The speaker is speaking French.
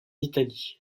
italie